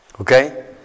Okay